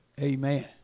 Amen